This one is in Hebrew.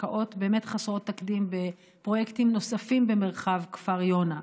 השקעות חסרות תקדים בפרויקטים נוספים במרחב כפר יונה,